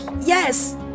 yes